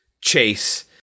Chase